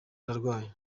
ndarwaye